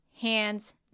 hands